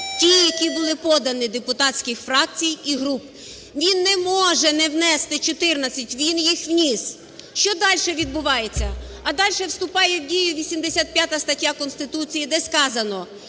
ті, які були подані депутатських фракцій і груп. Він не може не внести 14, він їх вніс. Що дальше відбувається? А дальше вступає в дію 85 стаття Конституції, де сказано: